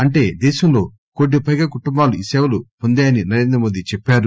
అంటే దేశంలో కోటికి పైగా కుటుంబాలు ఈ సేవలు పొందాయని నరేంద్రమోదీ చెప్పారు